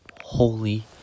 holy